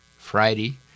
Friday